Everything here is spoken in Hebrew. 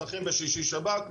נפתחים בשישי שבת,